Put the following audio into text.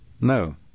No